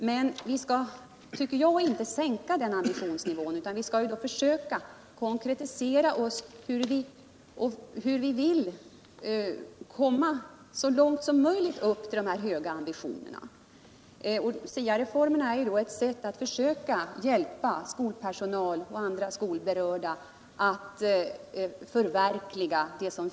Jag tycker inte att vi skall sänka denna ambitionsnivå utan I stället försöka att konkret ange hur man skall handla för att så långt som möjligt fullfölja dessa intentioner. SIA reformen är ett sält att försöka hjälpa skolpersonal och andra berörda i skolan att förverkliga dessa mål.